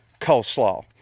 coleslaw